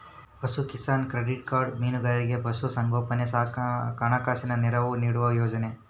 ಪಶುಕಿಸಾನ್ credit card ಮೀನುಗಾರರಿಗೆ ಪಶು ಸಂಗೋಪನೆಗೆ ಹಣಕಾಸಿನ ನೆರವು ನೀಡುವ ಯೋಜನೆ